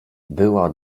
była